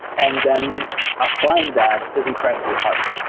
and then applying that is incredibly hard,